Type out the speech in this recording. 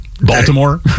Baltimore